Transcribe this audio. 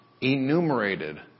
enumerated